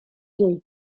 vieille